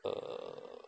err